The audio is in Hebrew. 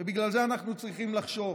ובגלל זה אנחנו צריכים לחשוב.